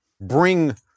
bring